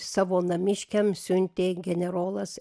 savo namiškiams siuntė generolas